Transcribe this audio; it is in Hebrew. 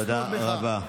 תודה רבה.